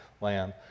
land